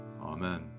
Amen